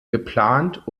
geplant